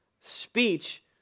Speech